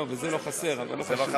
לא, וזה לא חסר, אבל לא חשוב.